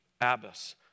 Abbas